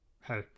Hey